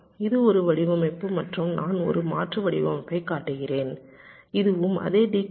இது ஒரு வடிவமைப்பு மற்றும் நான் ஒரு மாற்று வடிவமைப்பையும் காட்டுகிறேன் இதுவும் அதே டிகோடர்